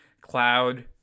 cloud